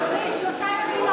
שלושה ימים,